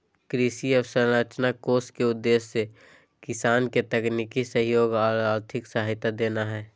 कृषि अवसंरचना कोष के उद्देश्य किसान के तकनीकी सहयोग आर आर्थिक सहायता देना हई